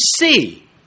see